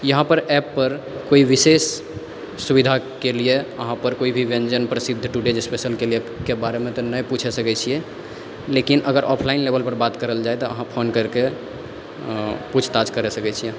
यहाँ पर एप्प पर कोई विशेष सुविधाके लिए अहाँ कोई भी व्यञ्जन प्रसिद्धटुडे स्पेशलके लेल के बारेमे तऽ नहि पूछि सकै छियै लेकिन अगर ऑफलाइन लेवल पर बात करल जाए तऽ फोन करिके पुछताछ करि सकै छी